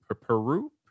Peru